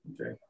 Okay